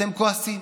אתם כועסים.